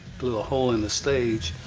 blew a hole in the stage,